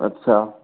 अच्छा